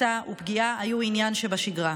החפצה ופגיעה היו עניין שבשגרה.